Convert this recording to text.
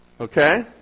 Okay